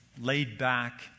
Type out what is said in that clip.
laid-back